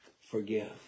forgive